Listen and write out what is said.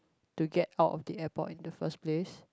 to get out of the airport in the first place